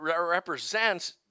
represents